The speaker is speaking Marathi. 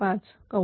D 1